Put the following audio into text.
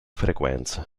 frequenze